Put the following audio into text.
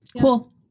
Cool